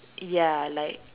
ya like